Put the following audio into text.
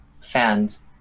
fans